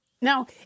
Now